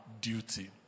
duty